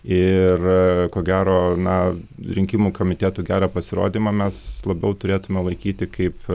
ir ko gero na rinkimų komitetų gerą pasirodymą mes labiau turėtume laikyti kaip